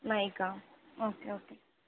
Nike okay okay